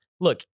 Look